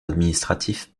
administratif